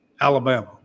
Alabama